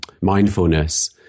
mindfulness